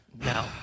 No